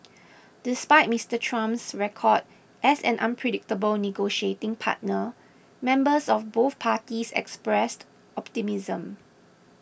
despite Mister Trump's record as an unpredictable negotiating partner members of both parties expressed optimism